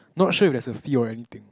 not sure if there is a fee or anything